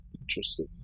Interesting